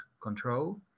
control